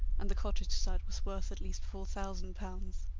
and the cottage site was worth at least four thousand pounds.